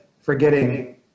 forgetting